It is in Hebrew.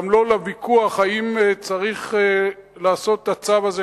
גם לא לוויכוח אם צריך לעשות את הצו הזה,